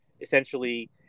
essentially